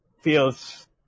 feels